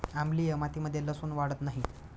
आम्लीय मातीमध्ये लसुन वाढत नाही